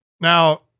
Now